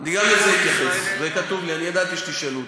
עם "ישראל היום",